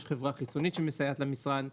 יש חברה חיצונית שמסייעת למשרד.